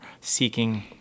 seeking